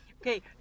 Okay